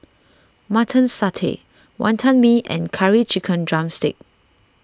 Mutton Satay Wantan Mee and Curry Chicken Drumstick